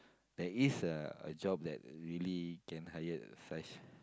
there is a a job that really can hired such